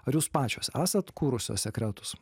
ar jūs pačios esat kūrusios sekretus